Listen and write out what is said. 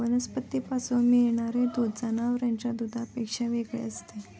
वनस्पतींपासून मिळणारे दूध जनावरांच्या दुधापेक्षा वेगळे असते